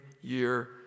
year